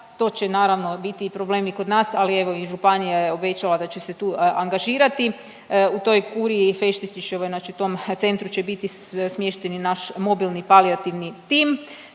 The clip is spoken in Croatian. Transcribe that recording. to će naravno biti problem i kod nas, ali evo i županija je obećala da će se tu angažirati u toj Kuriji Feštetićevoj znači tom centru će biti smješten i naš mobilni palijativni tim